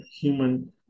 human